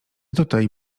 tutaj